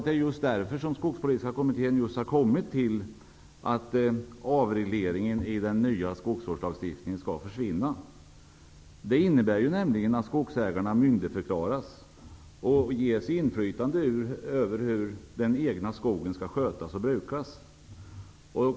Det är just därför som den skogspolitiska kommittén har kommit fram till att avregleringen i den nya skogsvårdslagstiftningen skall försvinna, vilket innebär att skogsägarna myndigförklaras och får inflytande över den egna skogens skötsel.